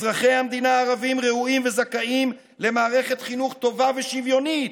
אזרחי המדינה הערבים ראויים וזכאים למערכת חינוך טובה ושוויונית.